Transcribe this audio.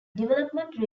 development